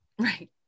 Right